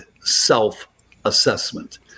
self-assessment